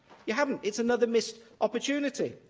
you haven't. it's another missed opportunity.